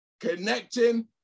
connecting